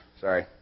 Sorry